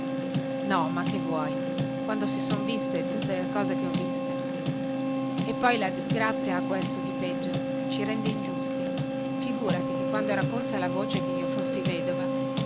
no ma che vuoi quando si son viste tutte le cose che ho viste e poi la disgrazia ha questo di peggio che ci rende ingiusti figurati che quando era corsa la voce che io fossi vedova